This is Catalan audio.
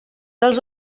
dels